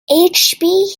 higgins